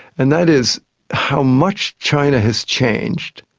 and that is how much china has changed,